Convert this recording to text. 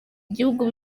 gihugu